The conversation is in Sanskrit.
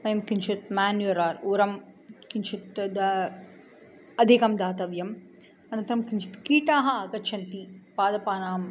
वयं किञ्चित् म्यान्युरार् उरं किञ्चित् दा अधिकं दातव्यम् अनन्तरं किञ्चित् कीटाः आगच्छन्ति पादपानाम्